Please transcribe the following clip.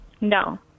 No